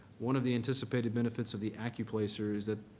one of the anticipated benefits of the accuplacer is that,